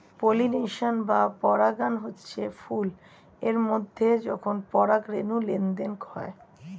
pollination বা পরাগায়ন হচ্ছে ফুল এর মধ্যে যখন পরাগ রেণুর লেনদেন হয়